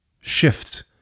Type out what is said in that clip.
shift